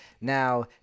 Now